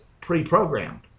pre-programmed